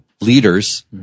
leaders